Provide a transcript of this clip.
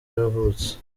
yavutse